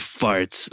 farts